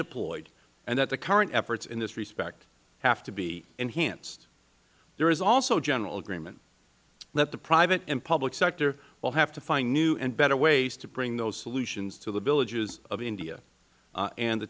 deployed and that the current efforts in this respect have to be enhanced there is also general agreement that the private and public sector will have to find new and better ways to bring those solutions to the villages of india and the